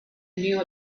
knew